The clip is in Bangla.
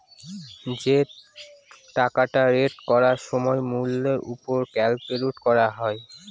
যে টাকাটা রেট করার সময় মূল্যের ওপর ক্যালকুলেট করা হয়